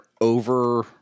over